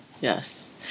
Yes